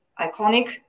iconic